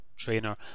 trainer